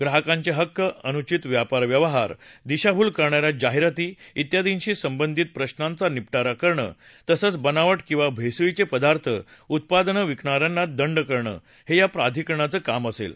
ग्राहकांचे हक्क अनुषित व्यापारव्यवहार दिशाभूल करणा या जाहिराती इत्यादींशी संबंधित प्रशांचा निप िरा करणं तसंच बनाव िकिंवा भेसळीचे पदार्थ उत्पादनं विकणा यांना दंड करणं हे या प्राधिकरणाचं काम असेल